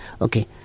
okay